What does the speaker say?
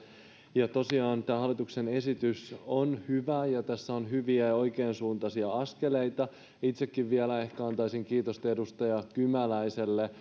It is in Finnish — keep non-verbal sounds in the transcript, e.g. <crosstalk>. tosiaan tämä hallituksen esitys on hyvä ja tässä on hyviä ja oikeansuuntaisia askeleita itsekin vielä antaisin kiitosta edustaja kymäläiselle <unintelligible>